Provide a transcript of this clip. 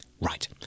right